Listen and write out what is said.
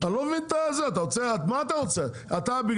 אתה לא מבין את הזה.